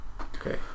Okay